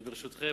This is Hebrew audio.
ברשותכם,